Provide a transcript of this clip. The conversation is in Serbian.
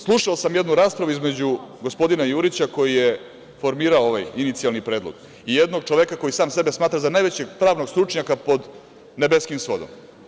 Slušao sam jednu raspravu između gospodina Jurića, koji je formirao ovaj inicijalni predlog i jednog čoveka koji sam sebe smatra za najvećeg pravnog stručnjaka pod nebeskim svodom.